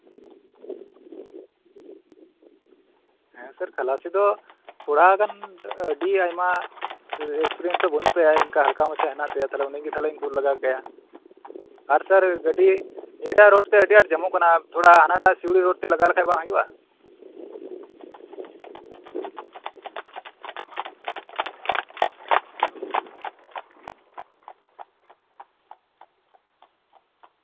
ᱦᱮᱸ ᱥᱟᱨ ᱠᱷᱟᱞᱟᱥᱤ ᱫᱚ ᱛᱷᱚᱲᱟᱜᱟᱱ ᱟᱹᱰᱤ ᱟᱭᱢᱟ ᱮᱠᱥᱯᱨᱤᱭᱮᱱᱥ ᱫᱚ ᱵᱟᱹᱱᱩᱜ ᱛᱟᱭᱟ ᱦᱟᱞᱠᱟ ᱢᱟᱪᱷᱟ ᱦᱮᱱᱟᱜ ᱛᱟᱭᱟ ᱩᱱᱤ ᱜᱮ ᱛᱟᱞᱦᱮᱧ ᱠᱩᱞ ᱞᱮᱜᱟ ᱠᱟᱭᱟ ᱟᱨ ᱥᱟᱨ ᱜᱟᱹᱰᱤ ᱱᱤᱭᱟᱹᱴᱟᱜ ᱨᱳᱰᱛᱮ ᱟᱹᱰᱤ ᱟᱸᱴ ᱡᱟᱢᱚᱜ ᱠᱟᱱᱟ ᱛᱷᱚᱲᱟ ᱦᱟᱱᱟᱴᱟᱜ ᱥᱤᱣᱩᱲᱤ ᱨᱳᱰ ᱛᱮ ᱞᱟᱜᱟ ᱞᱮᱠᱷᱟᱱ ᱵᱟᱝ ᱜᱟᱢᱚᱜᱼᱟ